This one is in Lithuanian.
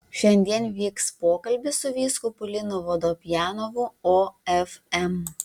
šiandien vyks pokalbis su vyskupu linu vodopjanovu ofm